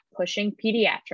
PushingPediatrics